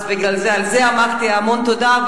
על זה אמרתי המון תודה.